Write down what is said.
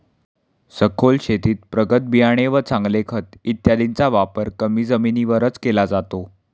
सखोल शेतीत प्रगत बियाणे व चांगले खत इत्यादींचा वापर कमी जमिनीवरच केला जातो